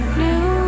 new